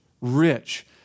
rich